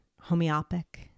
homeopathic